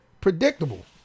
Predictable